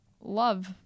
love